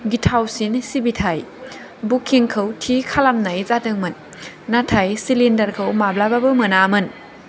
गिथावसिन सिबिथाय बुकिंखौ थि खालामनाय जादोंमोन नाथाय सिलिन्डारखौ माब्लाबाबो मोनामोन